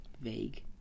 Vague